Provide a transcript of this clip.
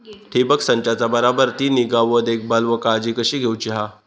ठिबक संचाचा बराबर ती निगा व देखभाल व काळजी कशी घेऊची हा?